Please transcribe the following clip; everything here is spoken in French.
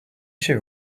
chez